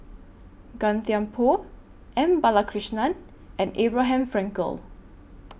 Gan Thiam Poh M Balakrishnan and Abraham Frankel